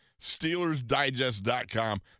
Steelersdigest.com